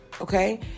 Okay